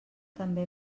també